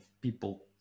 people